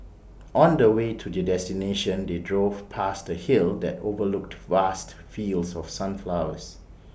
on the way to their destination they drove past A hill that overlooked vast fields of sunflowers